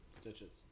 Stitches